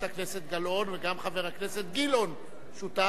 הכנסת גלאון וגם חבר הכנסת גילאון שותף.